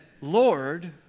Lord